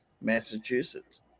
Massachusetts